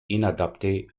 inadapté